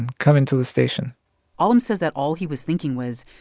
and come into the station alim says that all he was thinking was,